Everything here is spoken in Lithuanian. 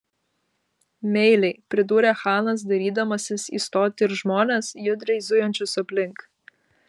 meiliai pridūrė chanas dairydamasis į stotį ir žmones judriai zujančius aplink